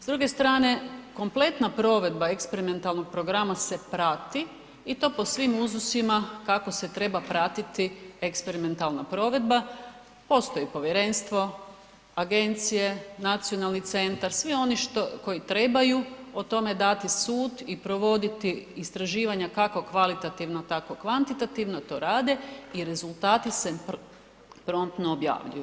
S druge strane, kompletna provedba eksperimentalnog programa se prati i to po svim uzusima kako se treba pratiti eksperimentalna provedba postoji povjerenstvo, agencije, nacionalni centar, svi oni koji trebaju o tome dati sud i provoditi istraživanja kako kvalitativno, tako kvantitativno to rade i rezultati se promptno objavljuju.